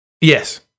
Yes